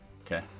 Okay